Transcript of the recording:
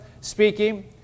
speaking